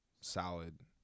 solid